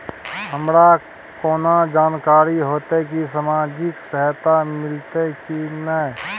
हमरा केना जानकारी होते की सामाजिक सहायता मिलते की नय?